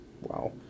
Wow